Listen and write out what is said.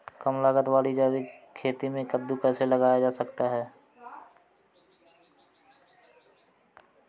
कम लागत वाली जैविक खेती में कद्दू कैसे लगाया जा सकता है?